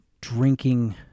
drinking